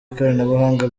ikoranabuhanga